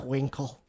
Winkle